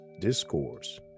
discourse